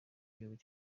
gihugu